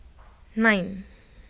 nine